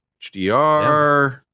HDR